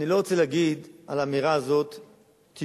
אני לא רוצה להגיד על האמירה הזו "טיפשות",